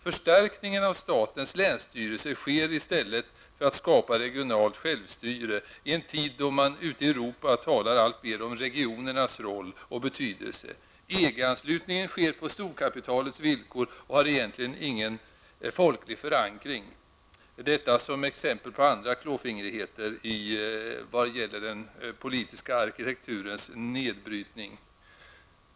Förstärkningen av statens länsstyrelser sker i stället för att skapa regionalt självstyre, i en tid då man ute i Europa talar alltmer om regionernas roll och betydelse. EG-anslutningen sker på storkapitalets villkor och har egentligen ingen folklig förankring. Detta ärm exempel på andra klåfingrigheter vad gäller den politiska arkitekturens nedbrytning.